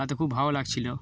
তাতে খুব ভাল লাগছিলো